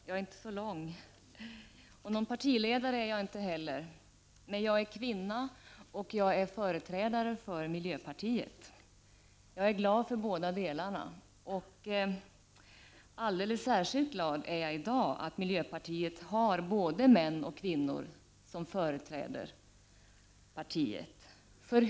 Herr talman! Någon partiledare är jag inte, men jag är kvinna och jag är företrädare för miljöpartiet. Jag är glad för båda delarna, och alldeles särskilt glad är jag i dag att miljöpartiet har både män och kvinnor som företräder partiet.